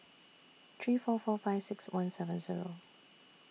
three four four five six one seven Zero